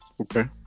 Okay